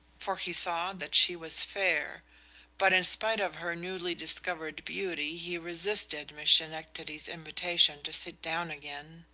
for he saw that she was fair but in spite of her newly discovered beauty he resisted miss schenectady's invitation to sit down again,